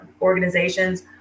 organizations